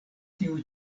tiu